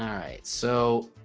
right so